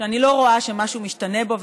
שאני לא רואה שמשהו משתנה בו,